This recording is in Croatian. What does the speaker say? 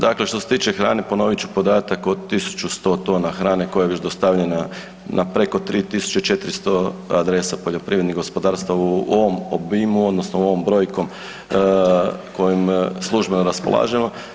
Dakle što se tiče hrane, ponovit ću podatak od 1100 tona hrane koja je već dostavljena na preko 3400 adresa poljoprivrednih gospodarstava u ovom obimu, odnosno ovom brojkom kojom službeno raspolažemo.